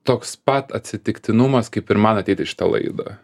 toks pat atsitiktinumas kaip ir man ateit į šitą laidą